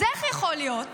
אז איך יכול להיות